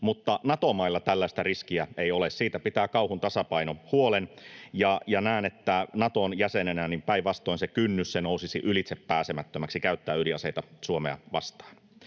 mutta Nato-mailla tällaista riskiä ei ole. Siitä pitää kauhun tasapaino huolen. Ja näen, että Naton jäsenenä päinvastoin se kynnys nousisi ylitsepääsemättömäksi käyttää ydinaseita Suomea vastaan.